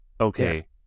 Okay